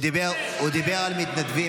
הוא דיבר על מתנדבים,